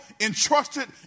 entrusted